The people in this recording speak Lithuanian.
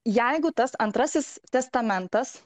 jeigu tas antrasis testamentas